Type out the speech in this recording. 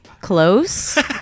Close